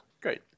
Great